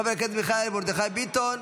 חבר הכנסת מיכאל מרדכי ביטון,